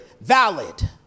valid